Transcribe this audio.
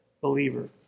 believer